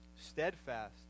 steadfast